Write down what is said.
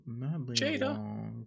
Jada